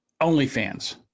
OnlyFans